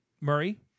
Murray